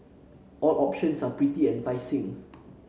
all options are pretty enticing